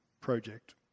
Project